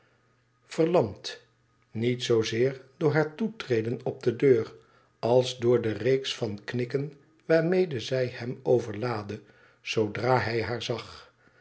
verlamd niet zoozeer door haar toetreden op de deur als door de reeks van knikken waarmede zij hem overlaadde zoodra hij haar zag